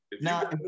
Now